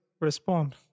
Respond